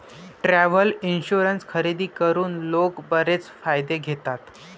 travel insurance खरेदी करून लोक बरेच फायदे घेतात